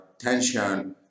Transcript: tension